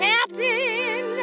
Captain